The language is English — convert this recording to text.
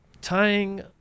Tying